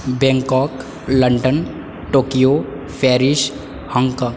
Bangkok London Tokyo Paris Hong Kong